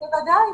בוודאי.